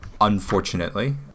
unfortunately